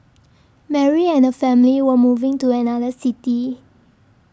Mary and her family were moving to another city